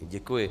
Děkuji.